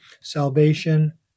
salvation